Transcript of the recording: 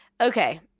Okay